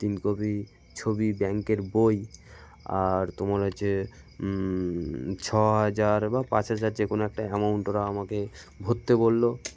তিন কপি ছবি ব্যাংকের বই আর তোমার হচ্ছে ছ হাজার বা পাঁচ হাজার যে কোনো একটা অ্যামাউন্ট ওরা আমাকে ভর্তি বললো